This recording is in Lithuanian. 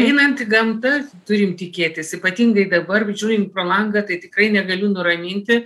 einant į gamtą turim tikėtis ypatingai dabar žiūrin pro langą tai tikrai negaliu nuraminti